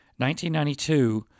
1992